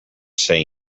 say